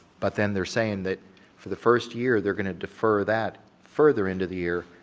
but then they're saying that for the first year, they're going to defer that further into the year,